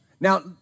Now